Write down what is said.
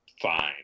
fine